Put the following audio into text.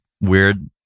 weird